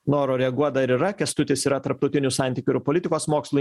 noro reaguot dar yra kęstutis yra tarptautinių santykių ir politikos mokslų